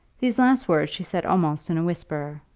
these last words she said almost in a whisper,